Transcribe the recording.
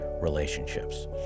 relationships